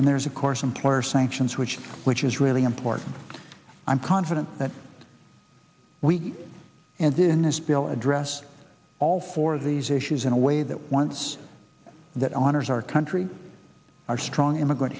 employer sanctions which which is really important i'm confident that we and then this bill address all four of these issues in a way that once that honors our country our strong immigrant